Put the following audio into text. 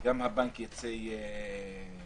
גם הבנק יצא נשכר,